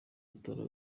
atora